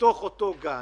בתוך אותו גן.